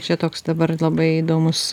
čia toks dabar labai įdomus